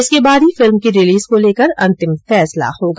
इसके बाद ही फिल्म की रीलिज को लेकर अंतिम फैसला होगा